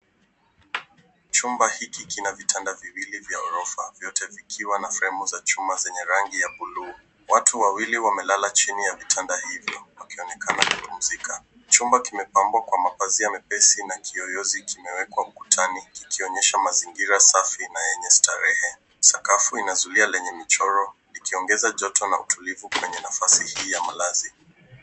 Chumba hiki kina vitanda viwili vya ghorofa vyote vikiwa na fremu ya chuma zenye rangu ya buluu. Watu wawili wamelalachini ya vitanda hivyo wakionekana kupumzika. Chumba kimepanmbwa kwa mapazia mepesi na kiyoyozi kimewekwa ukutani kikionyesha mazingira safi na lenye starehe. Sakafu ina zuia lenye michoro ikiongeza joto na utulivu kwenye nafasi hii ya malazi.